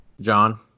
John